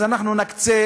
אנחנו נקצה